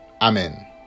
Amen